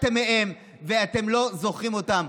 התנתקתם מהם ואתם לא זוכרים אותם.